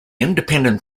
independent